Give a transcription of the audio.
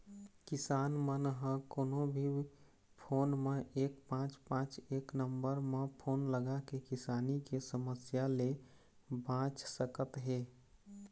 किसान मन ह कोनो भी फोन म एक पाँच पाँच एक नंबर म फोन लगाके किसानी के समस्या ले बाँच सकत हे